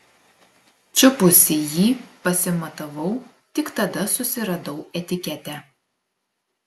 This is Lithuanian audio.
čiupusi jį pasimatavau tik tada susiradau etiketę